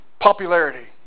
popularity